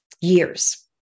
years